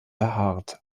behaart